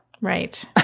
right